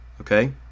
Okay